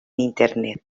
internet